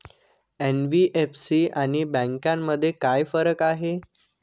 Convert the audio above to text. NBFC आणि बँकांमध्ये काय फरक आहे?